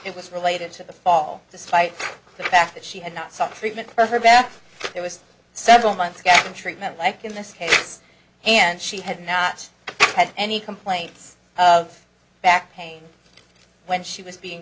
it was related to the fall despite the fact that she had not sought treatment for her back there was several months getting treatment like in this case and she had not had any complaints of back pain when she was being